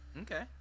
Okay